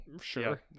sure